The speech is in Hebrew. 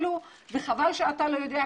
וחבל שאתה לא יודע,